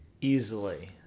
easily